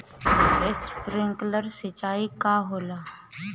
Sprinkler सिंचाई का होला?